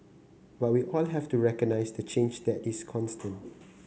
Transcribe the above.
but we all have to recognise the change that is constant